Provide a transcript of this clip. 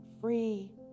free